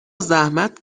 زحمت